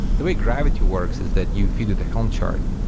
the way gravity works is that you feed it to helm chart.